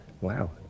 Wow